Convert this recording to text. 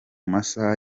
masaha